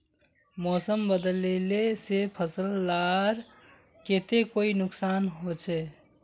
मौसम बदलिले से फसल लार केते कोई नुकसान होचए?